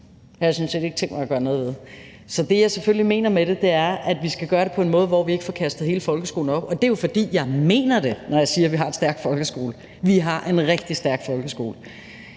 jeg sådan set ikke tænkt mig at gøre noget ved. Så det, jeg selvfølgelig mener med det, er, at vi skal gøre det på en måde, hvor vi ikke får kastet hele folkeskolen op i luften, og det er jo, fordi jeg mener det, når jeg siger, at vi har en stærk folkeskole. Vi har en rigtig stærk folkeskole,